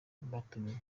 batumiwe